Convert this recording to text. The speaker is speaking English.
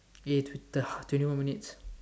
eh two twenty more minutes